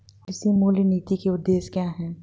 कृषि मूल्य नीति के उद्देश्य क्या है?